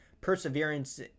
Perseverance